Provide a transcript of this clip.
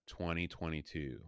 2022